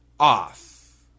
off